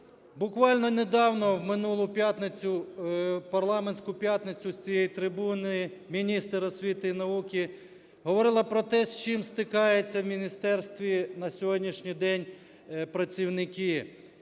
Буквально недавно, в минулу п'ятницю, в парламентську п'ятницю з цієї трибуни міністр освіти і науки говорила про те, з чим стикаються в міністерстві на сьогоднішній день працівники.